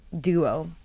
duo